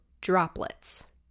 droplets